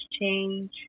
change